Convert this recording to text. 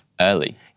early